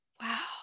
Wow